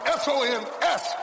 sons